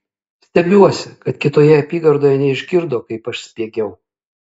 stebiuosi kad kitoje apygardoje neišgirdo kaip aš spiegiau